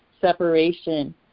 separation